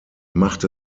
machte